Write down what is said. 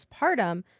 postpartum